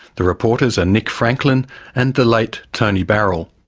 the reporters are nick franklin and the late tony barrell.